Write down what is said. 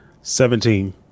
Seventeen